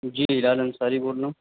جی بلال انصاری بول رہا ہوں